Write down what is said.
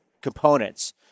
components